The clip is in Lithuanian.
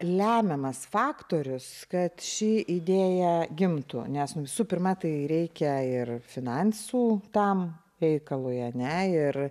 lemiamas faktorius kad ši idėja gimtų nes visų pirma tai reikia ir finansų tam reikalui ar ne ir